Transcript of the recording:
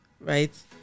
right